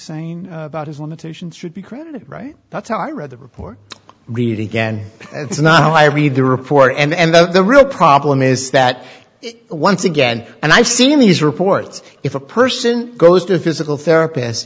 saying about his limitations should be credited right that's how i read the report read again that's not how i read the report and that's the real problem is that once again and i've seen these reports if a person goes to a physical therapist